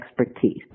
expertise